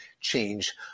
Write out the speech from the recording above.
change